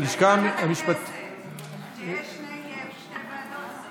כשיש שתי ועדות,